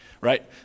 right